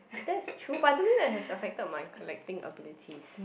that's true but I don't think that has affected my collecting abilities